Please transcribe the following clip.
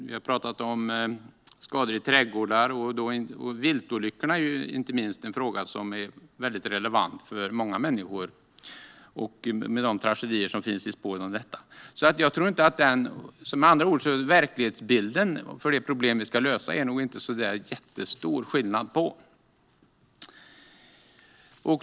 Vi har pratat om skador i trädgårdar, och inte minst viltolyckor är en fråga som är relevant för många människor, med tanke på de tragedier som följer i spåren av dessa. Verklighetsbilden av det problem som vi ska lösa är det nog inte särskilt stor skillnad på.